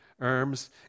arms